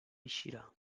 eixirà